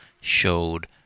showed